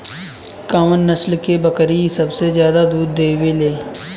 कउन नस्ल के बकरी सबसे ज्यादा दूध देवे लें?